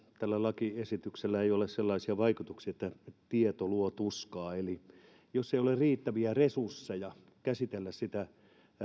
tällä lakiesityksellä ei ole sellaisia vaikutuksia että tieto luo tuskaa jos ei ole riittäviä resursseja käsitellä sitä